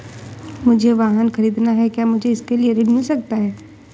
मुझे वाहन ख़रीदना है क्या मुझे इसके लिए ऋण मिल सकता है?